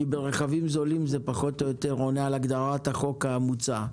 כי ברכבים זולים זה פחות או יותר עונה על הגדרת החוק המוצע.